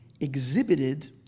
exhibited